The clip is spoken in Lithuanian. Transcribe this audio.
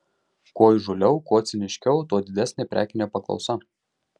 kuo įžūliau kuo ciniškiau tuo didesnė prekinė paklausa